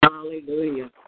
Hallelujah